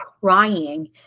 crying